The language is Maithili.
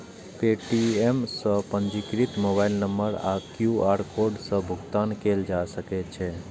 पे.टी.एम सं पंजीकृत मोबाइल नंबर आ क्यू.आर कोड सं भुगतान कैल जा सकै छै